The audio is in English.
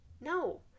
No